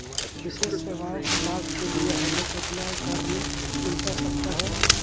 विशेष सेवाओं के लाभ के लिए हमें कितना का ऋण मिलता सकता है?